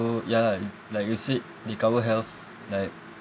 ya lah like you said they cover health like